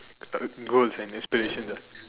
uh goals and aspirations lah